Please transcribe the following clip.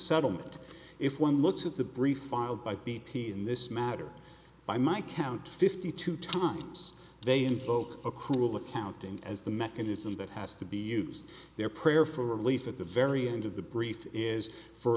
settlement if one looks at the briefing by b p in this matter by my count fifty two times they invoke accrual accounting as the mechanism that has to be used their prayer for relief at the very end of the brief is for